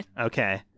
Okay